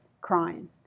crying